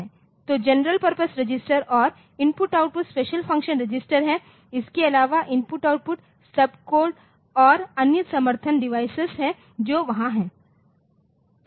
तो general purpose register और I O special function register है इसके अलावा I O सब कोड IO sub codeऔर अन्य समर्थन डिवाइस हैं जो वहां हैं